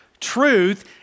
truth